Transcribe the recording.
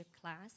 class